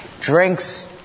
...drinks